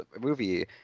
movie